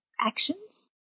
actions